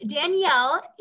Danielle